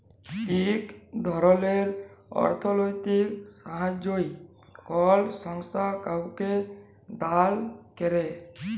ইক ধরলের অথ্থলৈতিক সাহাইয্য কল সংস্থা কাউকে দাল ক্যরে